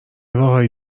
راههای